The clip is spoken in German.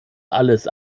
alles